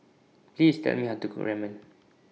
Please Tell Me How to Cook Ramen